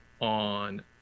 on